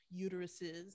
uteruses